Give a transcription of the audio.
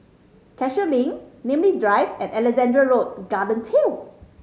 Cashew Link Namly Drive and Alexandra Road Garden Trail